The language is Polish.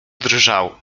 drżał